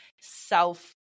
self